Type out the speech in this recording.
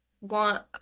want